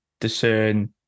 discern